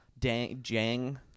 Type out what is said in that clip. Jang